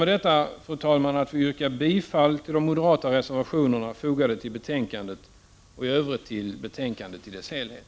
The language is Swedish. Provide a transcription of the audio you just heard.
Jag ber med detta att få yrka bifall till de moderata reservationerna fogade till betänkandet och i övrigt till utskottets hemställan i dess helhet.